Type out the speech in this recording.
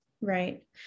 Right